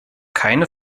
keine